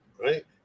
Right